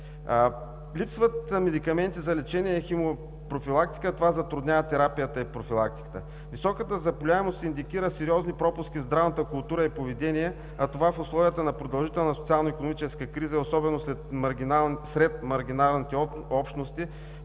Липсват медикаменти за лечение на химиопрофилактика. Това затруднява терапията и профилактиката. Високата заболеваемост индикира сериозни пропуски в здравната култура и поведение, а това в условията на продължителна социалноикономическа криза, особено сред маргиналните общности,